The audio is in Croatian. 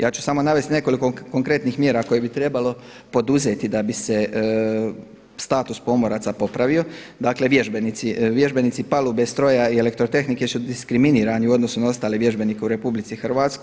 Ja ću samo navesti nekoliko konkretnih mjera koje bi trebalo poduzeti da bi se status pomoraca popravio, dakle vježbenici, vježbenici palube stroja i elektrotehnike su diskriminirani u odnosu na ostale vježbenike u RH.